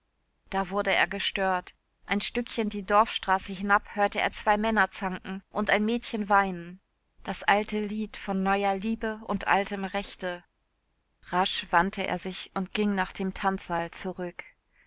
da wurde er gestört ein stückchen die dorfstraße hinab hörte er zwei männer zanken und ein mädchen weinen das alte lied von neuer liebe und altem rechte rasch wandte er sich und ging nach dem tanzsaal zurück